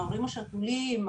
ההורים השכולים,